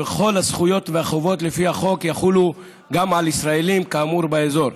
וכל הזכויות והחובות לפי החוק יחולו גם על ישראלים כאמור באזור.